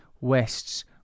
West's